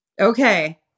Okay